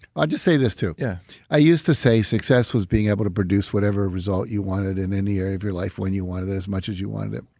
i'll just say this to. yeah i used to say success was being able to produce whatever result you wanted in any area of your life, when you wanted it, as much as you wanted it.